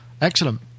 Excellent